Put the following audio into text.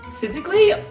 physically